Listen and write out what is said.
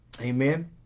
Amen